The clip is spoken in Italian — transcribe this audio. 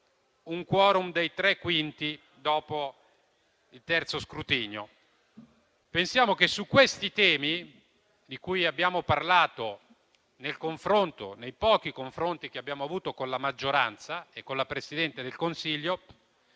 un *quorum* dei tre quinti dopo il terzo scrutinio. Pensiamo che su questi temi, di cui abbiamo parlato nei pochi confronti che abbiamo avuto con la maggioranza e con la Presidente del Consiglio,